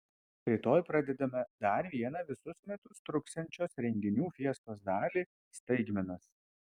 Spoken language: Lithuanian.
rytoj pradedame dar vieną visus metus truksiančios renginių fiestos dalį staigmenas